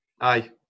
Aye